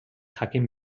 jakin